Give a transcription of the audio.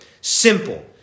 Simple